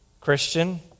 Christian